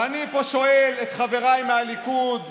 ואני פה שואל את חבריי מהליכוד,